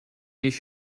nicht